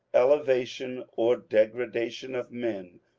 eleva tion or degradation, of men,